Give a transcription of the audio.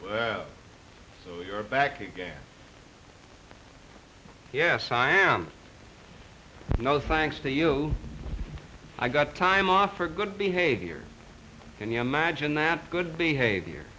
honey you're back again yes i am no thanks to you i got time off for good behavior can you imagine that good behavior